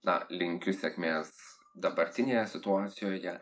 na linkiu sėkmės dabartinėje situacijoje